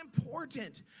important